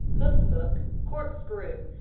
hoof-hook, corkscrew!